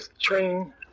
train